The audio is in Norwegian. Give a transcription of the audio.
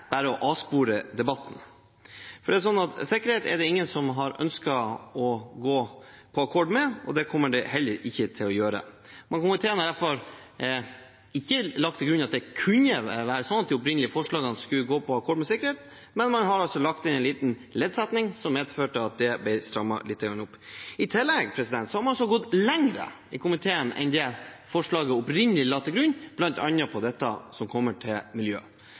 bare å avspore debatten. Det er ingen som har ønsket å gå på akkord med sikkerhet, og det kommer man heller ikke til å gjøre. Komiteen har i hvert fall ikke lagt til grunn at det kunne være sånn at de opprinnelige forslagene skulle gå på akkord med sikkerhet, men man har altså lagt til en liten leddsetning som medførte at det ble strammet lite grann opp. I tillegg har man altså gått lenger i komiteen enn det forslaget opprinnelig la til grunn, bl.a. på dette som gjelder miljø.